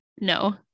No